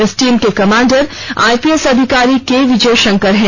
इस टीम के commander IPS अधिकारी के विजय शंकर हैं